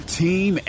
team